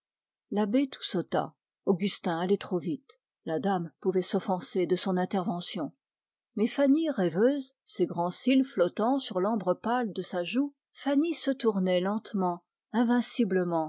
l'abbé toussota augustin allait trop vite la dame pouvait s'offenser de son intervention mais fanny rêveuse ses grands cils flottant sur l'ambre pâle de sa joue se tournait lentement